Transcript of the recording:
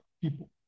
people